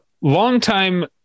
longtime